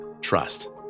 Trust